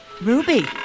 Ruby